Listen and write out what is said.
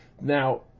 Now